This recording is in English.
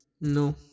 no